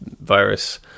virus